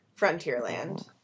Frontierland